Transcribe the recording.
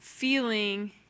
feeling